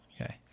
Okay